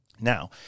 Now